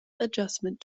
adjustment